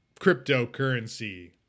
Cryptocurrency